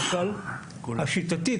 השיטתית,